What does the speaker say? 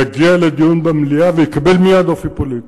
יגיע לדיון במליאה ויקבל מייד אופי פוליטי.